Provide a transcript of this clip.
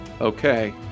Okay